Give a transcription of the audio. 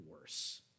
worse